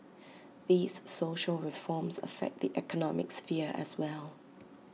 these social reforms affect the economic sphere as well